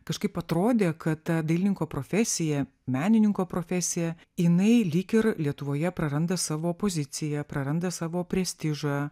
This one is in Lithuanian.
kažkaip atrodė kad ta dailininko profesija menininko profesija jinai lyg ir lietuvoje praranda savo poziciją praranda savo prestižą